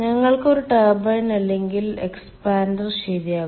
ഞങ്ങൾക്ക് ഒരു ടർബൈൻ അല്ലെങ്കിൽ എക്സ്പാൻഡർ ശരിയാകും